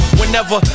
whenever